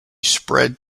spread